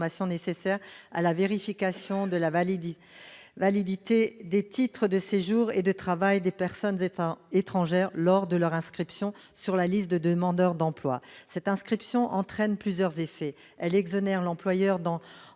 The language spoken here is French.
nécessaires à la vérification de la validité des titres de séjour et de travail des personnes étrangères lors de leur inscription sur la liste des demandeurs d'emploi. Cette inscription a plusieurs effets : elle exonère l'employeur